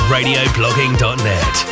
RadioBlogging.net